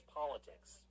politics